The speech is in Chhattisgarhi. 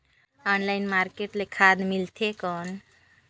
ऑनलाइन मार्केट ले खाद मिलथे कौन?